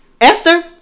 Esther